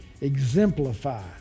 exemplify